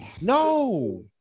No